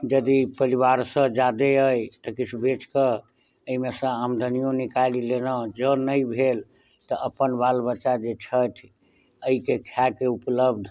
यदि पैदाबार सऽ जादे अछि तऽ किछु बेच कऽ एहिमे सऽ आमदनियो निकालि लेलहुॅं जॅं नहि भेल तऽ अप्पन बालबच्चा जे छथि एहि के खाए के उपलब्ध